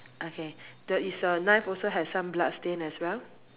okay the is your knife also has some bloodstain as well